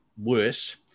worse